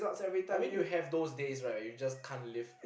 I mean you have those days right when you just can't live